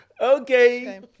Okay